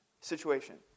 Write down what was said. situation